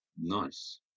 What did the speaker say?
Nice